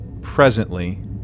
presently